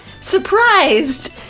surprised